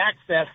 access